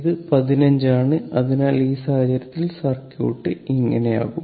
ഇത് 15 ആണ് അതിനാൽ ഈ സാഹചര്യത്തിൽ സർക്യൂട്ട് ഇങ്ങനെയാകും